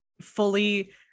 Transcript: fully